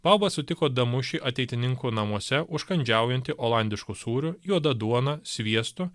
bauba sutiko damušį ateitininkų namuose užkandžiaujantį olandišku sūriu juoda duona sviestu